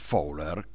Fowler